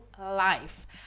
life